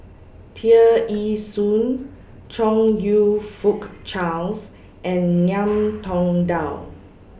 Tear Ee Soon Chong YOU Fook Charles and Ngiam Tong Dow